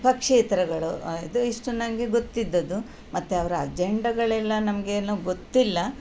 ಪಕ್ಷೇತರಗಳು ಇದು ಇಷ್ಟು ನನಗೆ ಗೊತ್ತಿದ್ದದ್ದು ಮತ್ತು ಅವರ ಅಜೆಂಡಗಳೆಲ್ಲ ನಮ್ಗೆ ಏನೂ ಗೊತ್ತಿಲ್ಲ